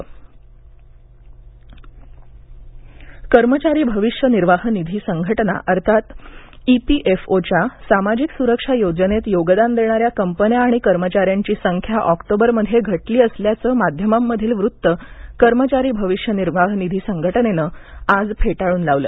P F O कर्मचारी भविष्य निर्वाह निधी संघटना अर्थात ई पी एफ ओ च्या सामाजिक सुरक्षा योजनेत योगदान देणाऱ्या कंपन्या आणि कर्मचाऱ्यांची संख्या ऑक्टोबरमध्ये घटली असल्याचं माध्यमांमधील वृत्त कर्मचारी भविष्य निर्वाह निधी संघटनेनं आज फेटाळून लावलं